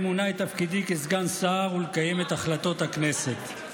למלא באמונה את תפקידי כסגן שר ולקיים את החלטות הכנסת.